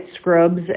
scrubs